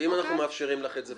ואם אנחנו מאפשרים לך את זה פה?